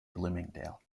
bloomingdale